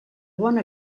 bona